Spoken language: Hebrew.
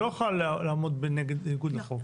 היא לא יכולה לעמוד בניגוד לחוק.